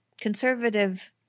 conservative